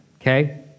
Okay